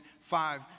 five